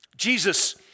Jesus